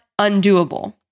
undoable